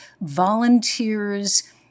volunteers